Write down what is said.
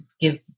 give